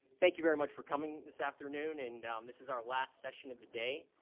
thank you very much for coming this afternoon. and this is our last session of the day.